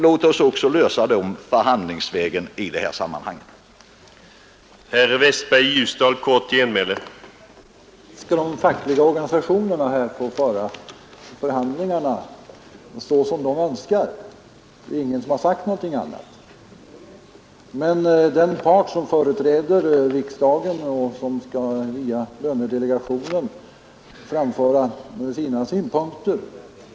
Låt oss också förhandlingsvägen lösa frågan om de kvarvarande två ortsgrupperna.